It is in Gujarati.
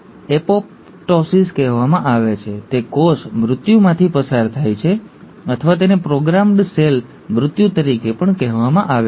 આવા કિસ્સામાં કોષ પોતે જ આત્મ વિનાશનો કોલ લે છે અને તેને એપોપ્ટોસિસ કહેવામાં આવે છે તે કોષ મૃત્યુમાંથી પસાર થાય છે અથવા તેને પ્રોગ્રામ્ડ સેલ મૃત્યુ તરીકે પણ કહેવામાં આવે છે